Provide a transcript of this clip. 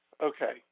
okay